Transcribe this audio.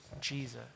Jesus